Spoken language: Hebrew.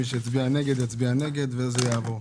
מי שהצביע נגד יצביע נגד וזה יעבור.